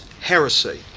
heresy